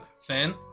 fan